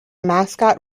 mascot